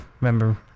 remember